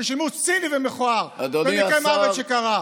זה שימוש ציני ומכוער במקרה המוות שקרה.